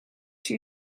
two